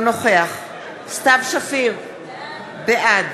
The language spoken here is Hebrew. אינו נוכח סתיו שפיר, בעד